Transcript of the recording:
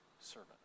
servant